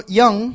young